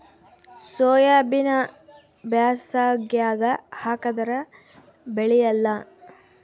ಸೋಯಾಬಿನ ಬ್ಯಾಸಗ್ಯಾಗ ಹಾಕದರ ಬೆಳಿಯಲ್ಲಾ?